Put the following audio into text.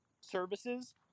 services